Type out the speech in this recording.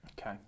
Okay